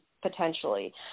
potentially